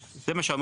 אבל גם חברי ועדה.